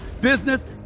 business